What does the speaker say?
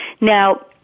Now